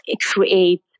create